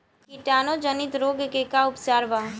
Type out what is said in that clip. कीटाणु जनित रोग के का उपचार बा?